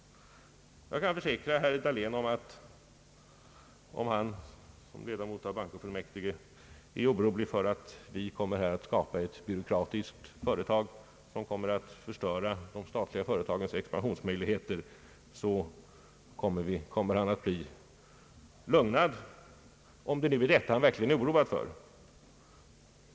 Jag kan försäkra herr Dahlén, om han som ledamot av bankofullmäktige är orolig för att vi här kommer att skapa ett byråkratiskt företag som kommer att förstöra de statliga företagens expansionsmöjligheter, att han kommer att bli lugnad — om det nu är detta han verkligen är oroad för.